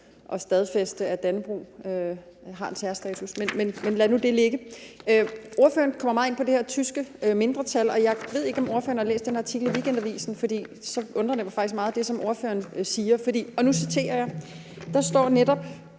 at stadfæste, at Dannebrog har en særstatus, men lad det nu ligge. Ordføreren kommer meget ind på det her tyske mindretal, og jeg ved ikke, om ordføreren har læst den artikel i Weekendavisen, for ellers undrer det, ordføreren siger, mig meget: I